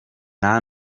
nta